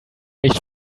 nicht